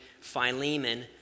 Philemon